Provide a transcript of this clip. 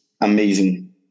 amazing